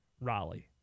Raleigh